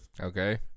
Okay